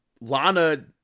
Lana